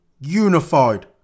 unified